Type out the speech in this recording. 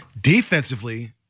Defensively